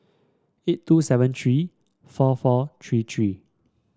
eight two seven three four four three three